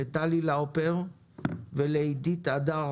לטלי לאופר ולעידית הדר